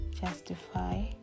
justify